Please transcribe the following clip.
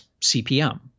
CPM